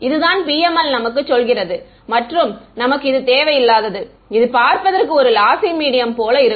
இதுதான் PML நமக்குச் சொல்கிறது மற்றும் நமக்கு இது தேவையில்லாதது இது பார்ப்பதற்கு ஒரு லாசி மீடியம் போல இருக்கும்